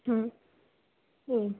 ಹ್ಞೂ ಹ್ಞೂ